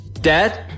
Dad